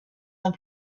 ans